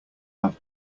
have